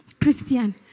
Christian